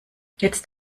jetzt